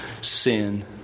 sin